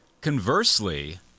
Conversely